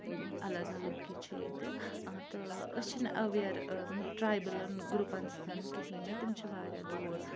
الگ الگ یہِ چھِ ییٚتہِ تہٕ أسۍ چھِنہٕ اَویر ٹرٛابٕلَن گرُپَن سۭتۍ کِہیٖنۍ نہٕ تِم چھِ واریاہ دوٗر